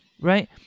right